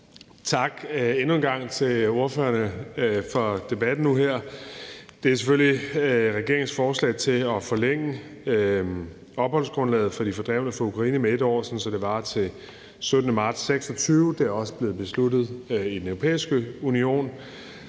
Endnu en gang tak til ordførerne for debatten nu her – det er selvfølgelig regeringens forslag til at forlænge opholdsgrundlaget for de fordrevne fra Ukraine med 1 år, sådan at det varer til den 17. marts 2026. Det er også blevet besluttet i Den Europæiske Union.